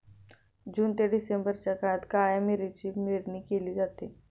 जून ते डिसेंबरच्या काळात काळ्या मिरीची पेरणी केली जाते